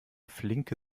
flinke